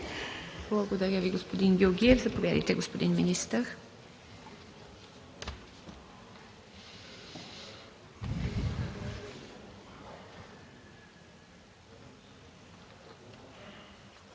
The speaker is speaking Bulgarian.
Благодаря Ви, господин Иванов. Заповядайте, господин Министър.